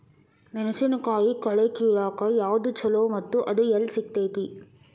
ಮೆಣಸಿನಕಾಯಿ ಕಳೆ ಕಿಳಾಕ್ ಯಾವ್ದು ಛಲೋ ಮತ್ತು ಅದು ಎಲ್ಲಿ ಸಿಗತೇತಿ?